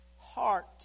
heart